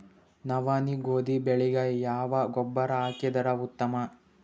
ನವನಿ, ಗೋಧಿ ಬೆಳಿಗ ಯಾವ ಗೊಬ್ಬರ ಹಾಕಿದರ ಉತ್ತಮ?